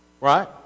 Right